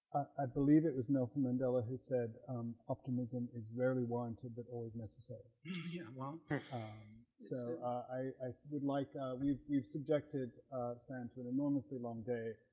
i believe it was nelson mandela who said optimism is rarely warranted but always necessary yeah um um so i would like we've we've subjected to an enormous lee long day,